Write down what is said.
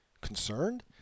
concerned